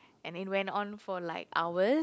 and it went on for like hour